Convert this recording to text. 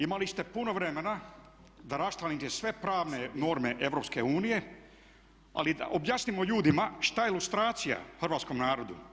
Imali ste puno vremena da raščlanite sve pravne norme EU, ali objasnimo ljudima šta je lustracija hrvatskom narodu.